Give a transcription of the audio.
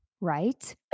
Right